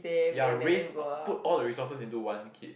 ya raise or put all the resources into one kid